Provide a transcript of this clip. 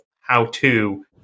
how-to